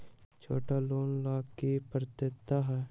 छोटा लोन ला की पात्रता है?